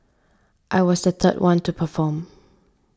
I was the third one to perform